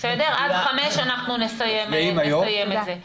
עד 17:00 אנחנו נסיים את זה.